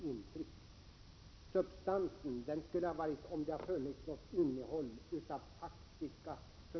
Det fanns inte någon substans i form av förslag i den riktning vi hade skisserat i vår motion.